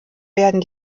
werden